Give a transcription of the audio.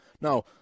Now